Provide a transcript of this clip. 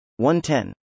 110